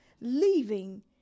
leaving